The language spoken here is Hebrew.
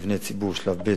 מבני ציבור שלב ב',